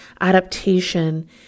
adaptation